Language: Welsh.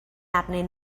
arnyn